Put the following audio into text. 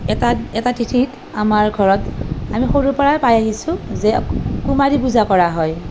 এটা এটা তিথিত আমাৰ ঘৰত আমি সৰুৰপৰাই পাই আহিছোঁ যে কুমাৰী পূজা কৰা হয়